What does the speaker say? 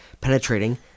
penetrating